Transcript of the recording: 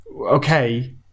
Okay